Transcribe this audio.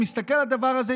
הוא מסתכל על הדבר הזה,